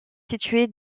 situé